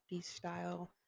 style